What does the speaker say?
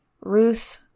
Ruth